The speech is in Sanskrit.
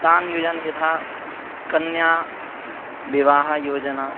तान् योजना यथा कन्याविवाहयोजना